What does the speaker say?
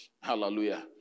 Hallelujah